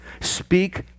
speak